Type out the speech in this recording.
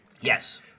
Yes